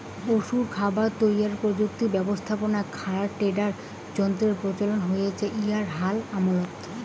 পশুর খাবার তৈয়ার প্রযুক্তি ব্যবস্থাত খ্যার টেডার যন্ত্রর প্রচলন হইচে এ্যাই হাল আমলত